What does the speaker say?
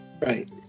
Right